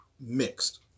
mixed